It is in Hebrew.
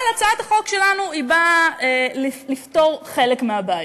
אבל הצעת החוק שלנו באה לפתור חלק מהבעיות.